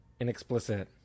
inexplicit